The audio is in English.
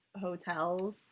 hotels